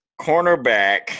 cornerback